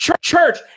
church